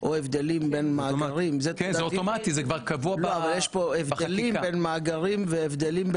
או הבדלים בין מאגרים, והבדלים בין מצבים.